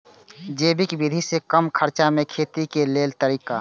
जैविक विधि से कम खर्चा में खेती के लेल तरीका?